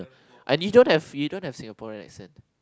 uh we don't have you don't have Singaporean accent